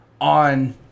on